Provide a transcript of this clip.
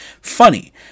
Funny